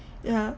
yeah